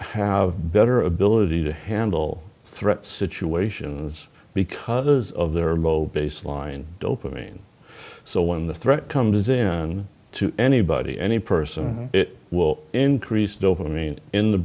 have better ability to handle threats situations because of their remote baseline dope amine so when the threat comes in to anybody any person it will increase doesn't mean in the